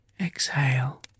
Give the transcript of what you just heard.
Exhale